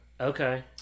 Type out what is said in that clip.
okay